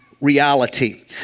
reality